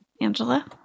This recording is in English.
Angela